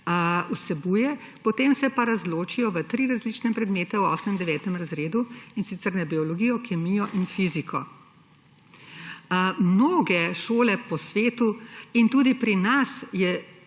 vsebuje, potem pa se ločijo v tri različne predmete v 8., 9. razredu, in sicer na biologijo, kemijo in fiziko. Mnoge šole po svetu in tudi pri nas